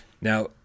Now